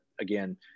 again